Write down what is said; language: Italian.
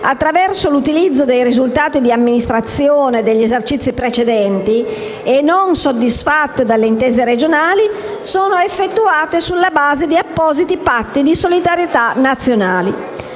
attraverso l'utilizzo dei risultati di amministrazione degli esercizi precedenti e non soddisfatti dalle intese regionali, sono effettuate sulla base di appositi patti di solidarietà nazionali.